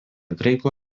graikų